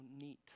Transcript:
neat